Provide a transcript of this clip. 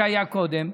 שהיה קודם,